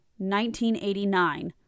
1989